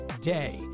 day